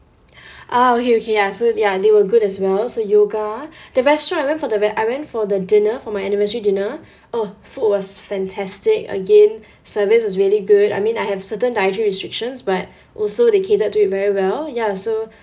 ah okay okay ya so ya they were good as well so yoga the restaurant I went for the where I went for the dinner for my anniversary dinner oh food was fantastic again service is really good I mean I have certain dietary restrictions but also they catered to it very well ya so